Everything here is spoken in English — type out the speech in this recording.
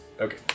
Okay